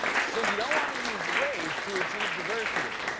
so, you don't want to use race to achieve diversity.